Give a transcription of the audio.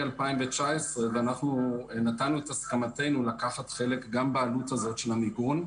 2019 ואנחנו נתנו את הסכמתנו לקחת חלק גם בעלות הזאת של המיגון.